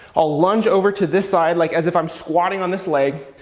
ah lunge over to this side like as if i'm squatting on this leg,